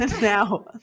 Now